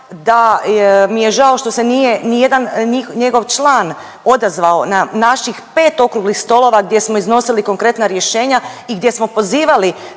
da mi je žao što se nije nijedna njegov član odazvao na naših 5 okruglih stolova gdje smo iznosili konkretna rješenja i gdje smo pozivali